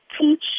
teach